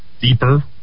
deeper